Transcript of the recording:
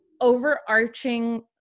overarching